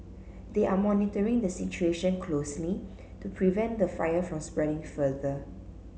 they are monitoring the situation closely to prevent the fire from spreading further